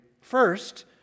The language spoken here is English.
First